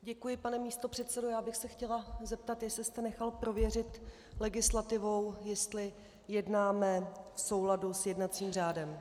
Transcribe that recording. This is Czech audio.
Děkuji, pane místopředsedo, já bych se chtěla zeptat, jestli jste nechal prověřit legislativou, jestli jednáme v souladu s jednacím řádem.